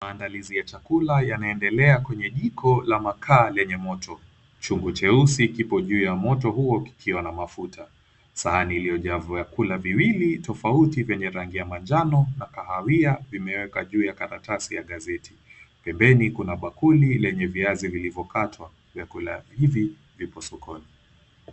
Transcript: Maandalizi ya chakula yanaendelea kwenye jiko la makaa lenye moto. Chungu cheusi kipo juu ya moto huo kikiwa na mafuta. Sahani iliyojaa vyakula viwili tofauti vyenye rangi ya manjano na kahawia vimewekwa juu ya karatasi ya gazeti. Pembeni kuna bakuli lenye viazi vilivyokatwa. Vyakula hivi vipo sokoni.